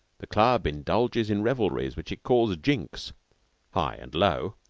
the club indulges in revelries which it calls jinks high and low,